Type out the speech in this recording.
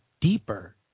deeper